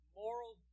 moral